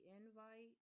invite